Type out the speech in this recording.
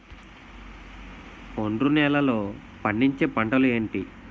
ఒండ్రు నేలలో పండించే పంటలు ఏంటి?